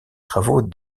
travaux